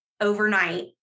overnight